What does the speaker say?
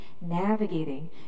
navigating